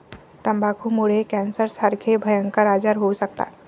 तंबाखूमुळे कॅन्सरसारखे भयंकर आजार होऊ शकतात